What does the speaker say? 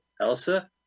Elsa